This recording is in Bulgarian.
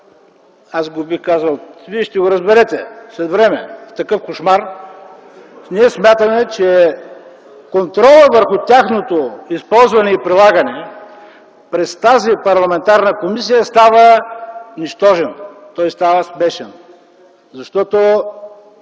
в такъв - вие ще го разберете след време - аз бих казал, кошмар, ние смятаме, че контролът върху тяхното използване и прилагане през тази парламентарна комисия става нищожен, той става смешен. Защото